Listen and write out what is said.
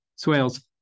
Swales